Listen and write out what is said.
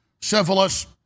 syphilis